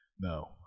No